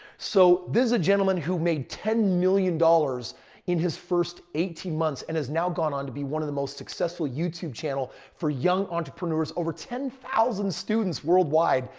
so, this is a gentleman who made ten million dollars in his first eighteen months and has now gone on to be one of the most successful youtube channel for young entrepreneurs over ten thousand students worldwide.